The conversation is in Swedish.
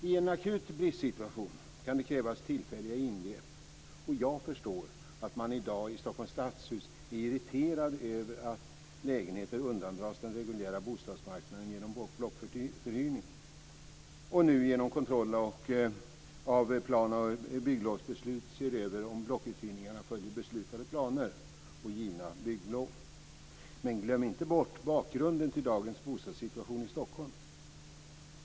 I en akut bristsituation kan det krävas tillfälliga ingrepp. Jag förstår att man i dag i Stockholms stadshus är irriterad över att lägenheter undandras den reguljära bostadsmarknaden genom blockförhyrning och att man nu genom kontroll av plan och bygglovsbeslut ser över om blockuthyrningarna följer beslutade planer och givna bygglov. Men glöm inte bort bakgrunden till dagens bostadssituation i Stockholm.